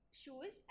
shoes